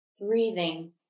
breathing